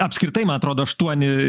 apskritai man atrodo aštuoni